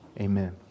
Amen